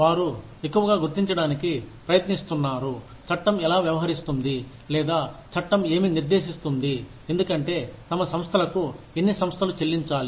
వారు ఎక్కువగా గుర్తించడానికి ప్రయత్నిస్తున్నారు చట్టం ఎలా వ్యవహరిస్తుంది లేదా చట్టం ఏమి నిర్దేశిస్తుంది ఎందుకంటే తమ సంస్థలకు ఎన్ని సంస్థలు చెల్లించాలి